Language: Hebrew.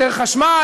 יותר חשמל?